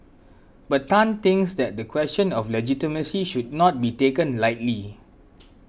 but Tan thinks that the question of legitimacy should not be taken lightly